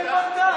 היא כן פנתה.